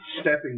stepping